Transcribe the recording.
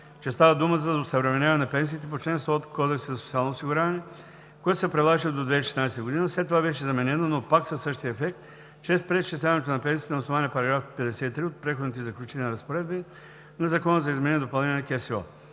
че става дума за осъвременяване на пенсиите по чл. 100 от Кодекса за социално осигуряване, което се прилагаше до 2016 г., след това беше заменено, но пак със същия ефект чрез преизчисляването на пенсиите на основание § 53 от Преходните и заключителните разпоредби на Закона за изменение и допълнение на